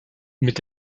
mit